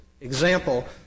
example